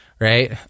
Right